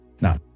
Now